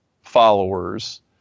followers